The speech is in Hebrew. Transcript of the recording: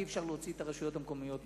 אי-אפשר להוציא את הרשויות מהעניין.